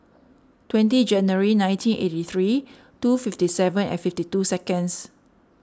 twenty January nineteen eighty three two fifty seven and fifty two seconds